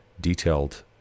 detailed